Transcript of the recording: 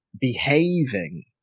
behaving